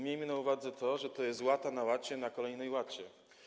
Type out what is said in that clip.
Miejmy na uwadze to, że to jest łata na łacie na kolejnej łacie.